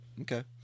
Okay